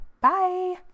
Bye